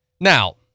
Now